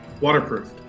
Waterproof